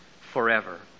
forever